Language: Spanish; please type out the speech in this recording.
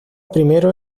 primero